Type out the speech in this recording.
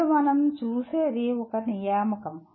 ఇప్పుడు మనం చూసేది ఒక నియామకం